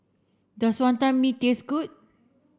does Wantan Mee taste good